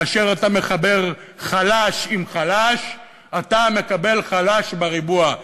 כאשר אתה מחבר חלש עם חלש אתה מקבל חלש בריבוע.